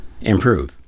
improve